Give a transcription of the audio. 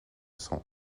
cent